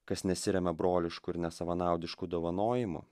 kas nesiremia brolišku ir nesavanaudišku dovanojimu